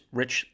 Rich